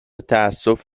تاسف